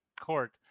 Court